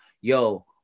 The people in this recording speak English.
yo